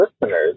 listeners